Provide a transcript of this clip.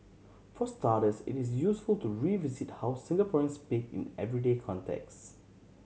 for starters it is useful to revisit how Singaporeans speak in everyday context